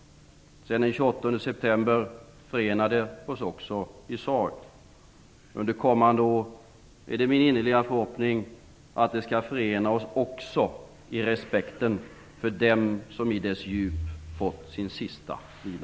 Sedan den 28 september förenar det oss också i sorg. Under kommande år är det min innerliga förhoppning att det skall förena oss också i respekten för dem som i dess djup fått sin sista vila.